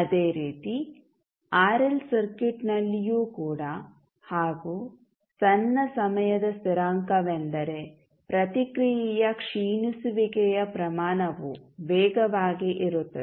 ಅದೇ ರೀತಿ ಆರ್ಎಲ್ ಸರ್ಕ್ಯೂಟ್ನಲ್ಲಿಯೂ ಕೂಡ ಹಾಗೂ ಸಣ್ಣ ಸಮಯದ ಸ್ಥಿರಾಂಕವೆಂದರೆ ಪ್ರತಿಕ್ರಿಯೆಯ ಕ್ಷೀಣಿಸುವಿಕೆಯ ಪ್ರಮಾಣವು ವೇಗವಾಗಿ ಇರುತ್ತದೆ